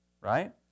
right